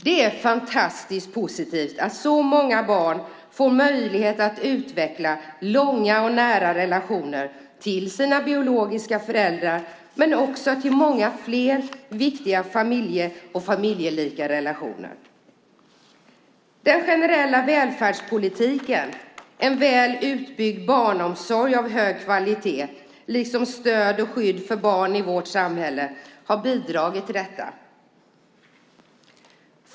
Det är fantastiskt positivt att så många barn får möjlighet att utveckla långa och nära relationer till sina biologiska föräldrar men också till många fler viktiga familje och familjelika konstellationer. Den generella välfärdspolitiken, en väl utbyggd barnomsorg av hög kvalitet liksom stöd och skydd för barn i vårt samhälle har bidragit till detta.